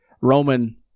Roman